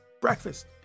Breakfast